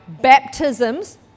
baptisms